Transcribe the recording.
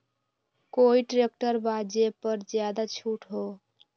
कोइ ट्रैक्टर बा जे पर ज्यादा छूट हो?